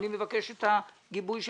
אני מבקש את הגיבוי שלכם,